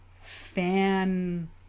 fan